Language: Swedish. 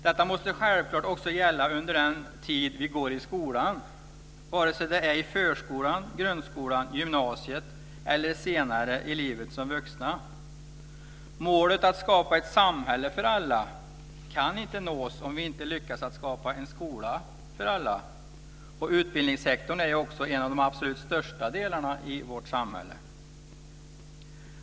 Detta måste självklart också gälla under den tid vi går i skolan vare sig det är i förskolan, grundskolan, gymnasiet eller senare i livet som vuxna. Målet att skapa ett samhälle för alla kan inte nås om vi inte lyckas att skapa en skola för alla. Utbildningssektorn är också en av de absolut största delarna i vårt samhälle.